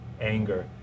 anger